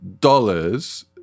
dollars